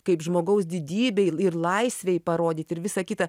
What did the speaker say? kaip žmogaus didybei ir laisvei parodyt ir visa kita